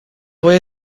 voy